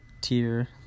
tier